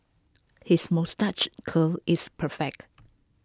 his moustache curl is perfect